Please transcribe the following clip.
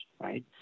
right